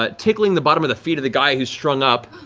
ah tickling the bottom of the feet of the guy who's strung up,